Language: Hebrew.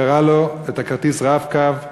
הוא הראה לו את כרטיס ה"רב-קו",